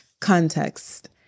context